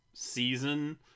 season